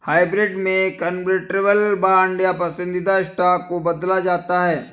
hybrid में convertible bond या पसंदीदा स्टॉक को बदला जाता है